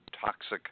toxic